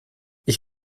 ich